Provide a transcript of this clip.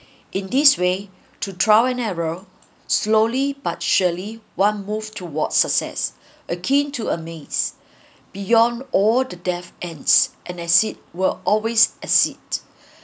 in this way to draw an arrow slowly but surely one move towards success a keen to amaze beyond all the death ends and exit will always exit